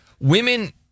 women